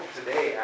today